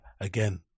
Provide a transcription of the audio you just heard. again